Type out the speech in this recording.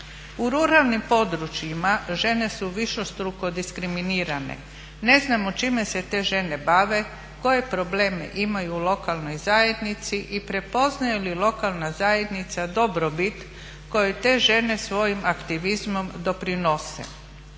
U ruralnom područjima žene su višestruko diskriminirane. Ne znamo čime se te žene bave, koje probleme imaju u lokalnoj zajednici i prepoznaje li lokalna zajednica dobrobit kojoj te žene svojim aktivizmom doprinose.